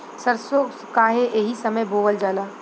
सरसो काहे एही समय बोवल जाला?